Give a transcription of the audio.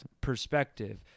perspective